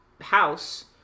house